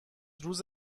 روز